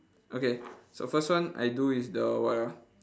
okay so first one I do is the what ah